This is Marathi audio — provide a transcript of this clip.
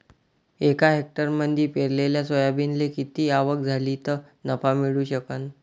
एका हेक्टरमंदी पेरलेल्या सोयाबीनले किती आवक झाली तं नफा मिळू शकन?